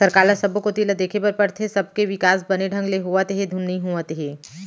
सरकार ल सब्बो कोती ल देखे बर परथे, सबके बिकास बने ढंग ले होवत हे धुन नई होवत हे